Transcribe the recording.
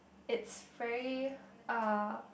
it's very uh